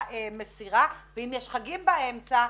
למסירה ואם יש חגים באמצע,